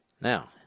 Now